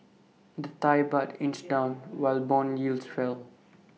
the Thai Baht inched down while Bond yields fell